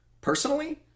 personally